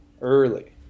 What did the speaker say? early